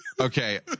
Okay